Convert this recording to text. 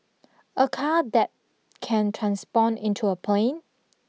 a car that can transport into a plane